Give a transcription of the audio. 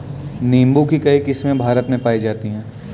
नीम्बू की कई किस्मे भारत में पाई जाती है